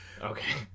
Okay